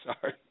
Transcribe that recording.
sorry